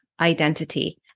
identity